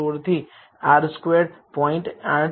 17516 થી R squared 0